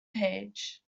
page